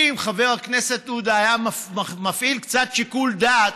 אם חבר הכנסת עודה היה מפעיל קצת שיקול דעת,